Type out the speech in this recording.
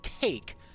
take